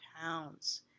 pounds